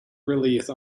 release